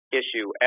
issue